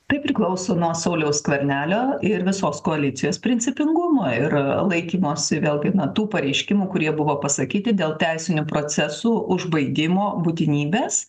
tai priklauso nuo sauliaus skvernelio ir visos koalicijos principingumo ir laikymosi vėlgi na tų pareiškimų kurie buvo pasakyti dėl teisinių procesų užbaigimo būtinybės